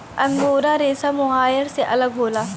angora रेसा mohair से अलग होला